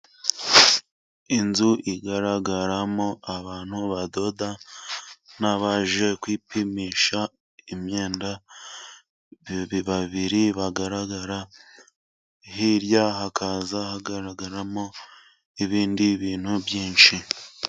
Inzu igaragaramo abantu badoda n'abaje kwipimisha imyenda. Babiri bagaragara, hirya hakaza hagaragaramo ibindi bintu byinshi.